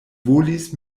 volis